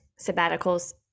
sabbaticals